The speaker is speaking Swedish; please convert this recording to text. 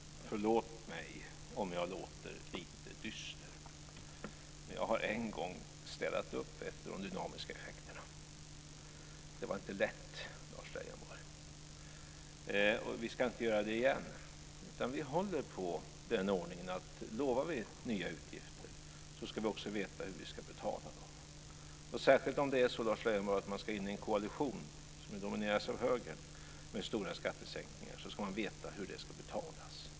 Herr talman! Förlåt mig om jag låter lite dyster, men jag har en gång städat upp efter de dynamiska effekterna. Det var inte lätt, Lars Leijonborg, och vi ska inte göra det igen. Vi håller på den ordningen att om vi lovar nya utgifter så ska vi också veta hur vi ska betala dem. Särskilt om man, Lars Leijonborg, ska in i en koalition som domineras av Högern med stora skattesänkningar så ska man veta hur de ska betalas.